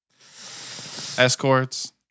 Escorts